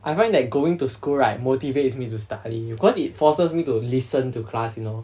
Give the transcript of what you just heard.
I find that going to school right motivates me to study you cause it forces me to listen to class you know